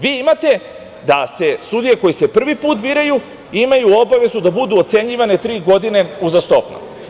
Vi imate da se sudije koji se prvi put biraju imaju obavezu da budu ocenjivane tri godine uzastopno.